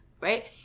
right